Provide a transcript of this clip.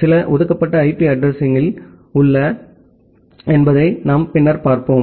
சில ஒதுக்கப்பட்ட ஐபி அட்ரஸிங்கள் உள்ளன என்பதை பின்னர் பார்ப்போம்